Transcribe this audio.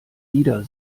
wieder